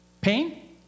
Pain